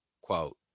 Quote